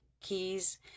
keys